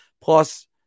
Plus